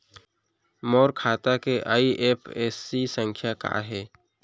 मोर खाता के आई.एफ.एस.सी संख्या का हे?